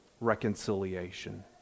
reconciliation